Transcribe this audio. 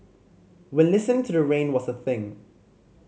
when listening to the rain was a thing